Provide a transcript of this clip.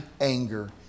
anger